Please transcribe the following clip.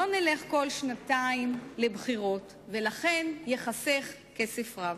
לא נלך כל שנתיים לבחירות, ולכן ייחסך כסף רב.